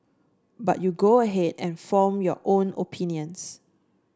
but you go ahead and form your own opinions